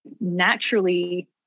naturally